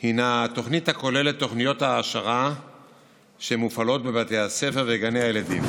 היא תוכנית הכוללת תוכניות העשרה שמופעלות בבתי הספר וגני הילדים,